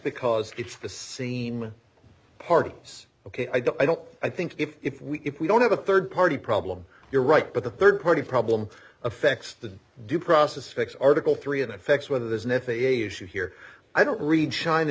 because it's the same party it's ok i don't i think if we if we don't have a third party problem you're right but the third party problem affects the due process fix article three in effect whether there's an f a a issue here i don't read shin